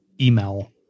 email